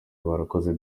barakoze